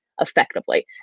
effectively